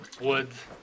woods